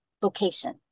vocation